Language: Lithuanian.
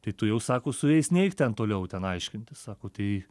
tai tu jau sako su jais neik ten toliau ten aiškintis sako tai